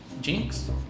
Jinx